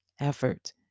effort